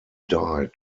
died